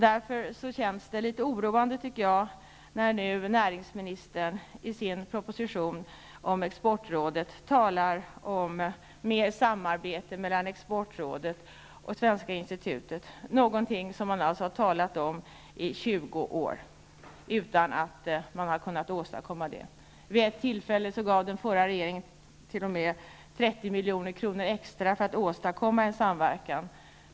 Därför känns det litet oroande då näringsministern i sin proposition om exportrådet talar om mer samarbete mellan exportrådet och Svenska institutet, något som man alltså har talat om i 20 år utan att man har kunnat åstadkomma detta. milj.kr. extra för att en samverkan skulle åstadkommas.